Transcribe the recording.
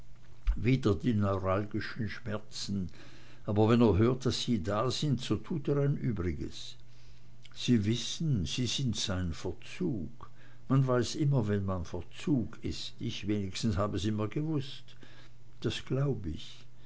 wieder die neuralgischen schmerzen aber wenn er hört daß sie da sind so tut er ein übriges sie wissen sie sind sein verzug man weiß immer wenn man verzug ist ich wenigstens hab es immer gewußt das glaub ich